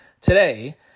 today